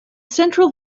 central